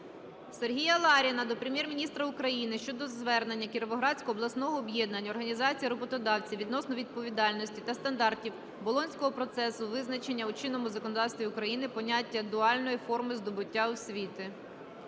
Сергія Ларіна до Прем'єр-міністра України щодо звернення Кіровоградського обласного об'єднання організацій роботодавців відносно невідповідності до стандартів Болонського процесу визначення у чинному законодавстві України поняття "дуальної форми здобуття освіти".